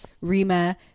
rima